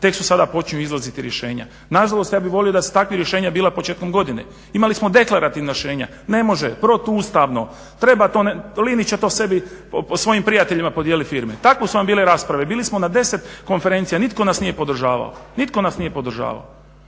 tek se sada počinju iznalaziti rješenja. Nažalost, ja bih volio da je takvih rješenja bilo početkom godine. Imali smo deklarativna rješenja. Ne može, protuustavno, treba to, Linić će to sebi, svojim prijateljima podijeliti firme. Takve su vam bile rasprave. Bili smo na 10 konferencija, nitko nas nije podržavao. Ali kažem